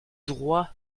droit